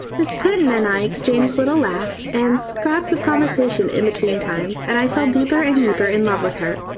miss clinton and i exchanged little laughs and scraps of conversation in between times, and i fell deeper and deeper in love with her.